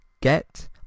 get